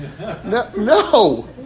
no